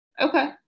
Okay